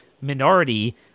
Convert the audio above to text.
minority